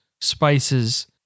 spices